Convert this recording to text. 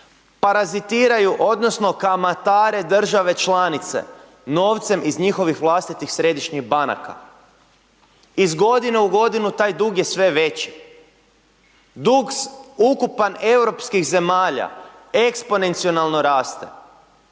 parazitiraju odnosno kamatare države članice novcem iz njihovih vlastitih središnjih banaka. Iz godine u godinu taj dug je sve veći. Dug ukupan europskih zemalja eksponencijalno raste.